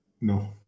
No